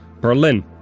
Berlin